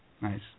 Nice